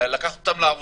בעיקר לאנשים מהפריפריה,